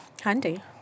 Handy